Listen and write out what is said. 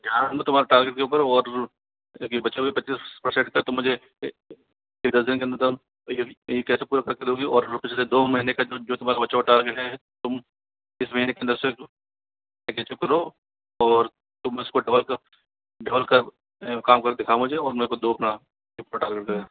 यहाँ हम लोग तुम्हारा टारगेट के ऊपर और बचे हुये पच्चीस पर्सेन्ट का तुम मुझे इन दस दिन के अंदर तुम ये कैसे पूरा करके दोगी और पिछले दो महीने का जो तुम्हारा बचा हुआ टारगेट है तुम इस महीने के अंदर उसे एजस्ट करो और तुम इसको डबल कर डबल कर काम करके दिखाओ मुझे और मेको दो अपना